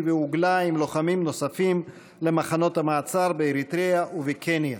והוגלה עם לוחמים נוספים למחנות המעצר באריתריאה ובקניה.